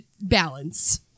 Balance